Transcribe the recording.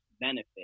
benefit